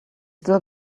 still